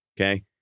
okay